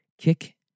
kick